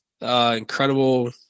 Incredible